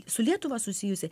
su lietuva susijusi